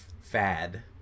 fad